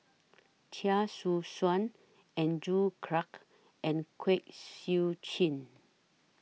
Chia Choo Suan Andrew Clarke and Kwek Siew Jin